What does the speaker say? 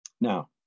Now